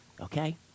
Okay